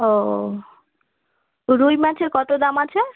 ওহ্ রুই মাছের কতো দাম আছে